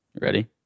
Ready